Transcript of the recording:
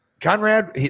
Conrad